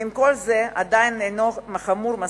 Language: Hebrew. ואם כל זה עדיין אינו חמור מספיק,